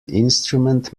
instrument